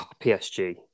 PSG